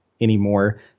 anymore